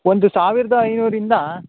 ಒಂದು ಸಾವಿರದ ಐನೂರರಿಂದ